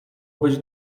być